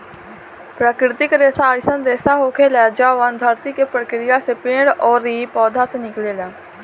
प्राकृतिक रेसा अईसन रेसा होखेला जवन धरती के प्रक्रिया से पेड़ ओरी पौधा से निकलेला